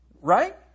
Right